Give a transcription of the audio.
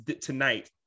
tonight